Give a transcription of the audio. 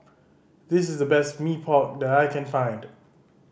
this is the best Mee Pok that I can find